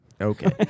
Okay